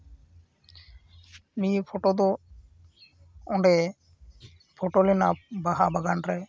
ᱱᱤᱭᱟᱹ ᱯᱷᱚᱴᱳ ᱫᱚ ᱚᱸᱰᱮ ᱯᱷᱚᱴᱳ ᱞᱮᱱᱟ ᱵᱟᱦᱟ ᱵᱟᱜᱟᱱ ᱨᱮ